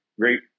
great